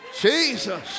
Jesus